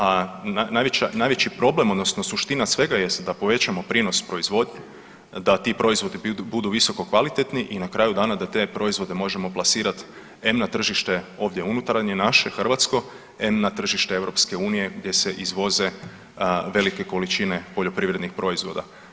A najveći problem odnosno suština svega jest da povećamo prinos proizvodnje, da ti proizvodi budu visoko kvalitetni i na kraju dana da te proizvode možemo plasirat, em na tržište ovdje unutarnje naše hrvatsko, em na tržište EU gdje se izvoze velike količine poljoprivrednih proizvoda.